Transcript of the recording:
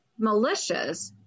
militias